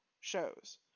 shows